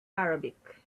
arabic